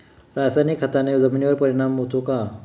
रासायनिक खताने जमिनीवर परिणाम होतो का?